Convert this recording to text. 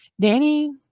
Danny